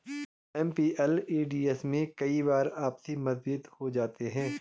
MPLADS में कई बार आपसी मतभेद भी हो जाते हैं